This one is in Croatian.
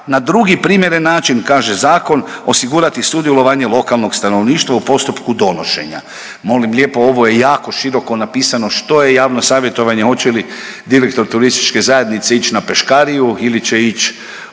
na drugi primjeren način kaže zakon osigurati sudjelovanje lokalnog stanovništva u postupku donošenja. Molim lijepo, ovo je jako široko napisano što je javno savjetovanje, oće li direktor turističke zajednice ić na peškariju ili će ić